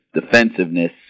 defensiveness